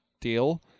deal